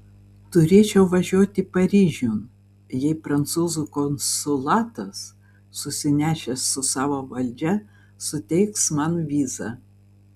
turėčiau važiuoti paryžiun jei prancūzų konsulatas susinešęs su savo valdžia suteiks man vizą